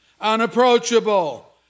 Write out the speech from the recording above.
Unapproachable